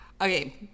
Okay